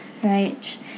Right